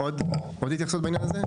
עוד התייחסות בעניין הזה?